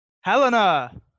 Helena